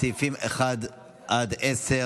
סעיפים 1 10,